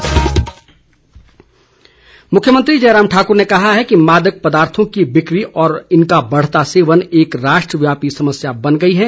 मुख्यमंत्री मुख्यमंत्री जयराम ठाकुर ने कहा है कि मादक पदार्थो की बिक्री और इनका बढ़ता सेवन एक राष्ट्रव्यापी समस्या बन गई है